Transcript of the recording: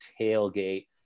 tailgate